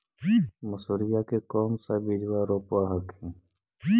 मसुरिया के कौन सा बिजबा रोप हखिन?